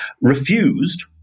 refused